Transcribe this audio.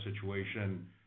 situation